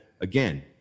again